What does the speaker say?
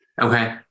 Okay